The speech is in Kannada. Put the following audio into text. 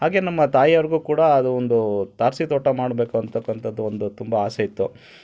ಹಾಗೇ ನಮ್ಮ ತಾಯಿ ಅವ್ರಿಗೂ ಕೂಡ ಅದು ಒಂದು ತಾರಸಿ ತೋಟ ಮಾಡಬೇಕು ಅಂತಕ್ಕಂಥದ್ದು ಒಂದು ತುಂಬ ಆಸೆ ಇತ್ತು